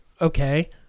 okay